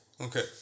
Okay